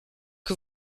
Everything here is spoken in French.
que